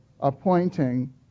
appointing